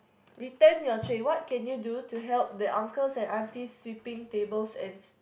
return your tray what can you do to help the uncles and aunties sweeping tables and